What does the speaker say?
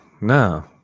no